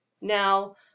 Now